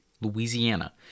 Louisiana